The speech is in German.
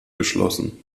geschlossen